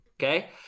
Okay